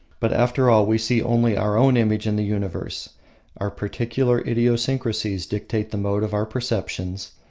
but, after all, we see only our own image in the universe our particular idiosyncracies dictate the mode of our perceptions.